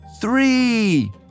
Three